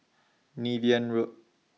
Niven Road